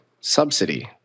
subsidy